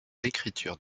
l’écriture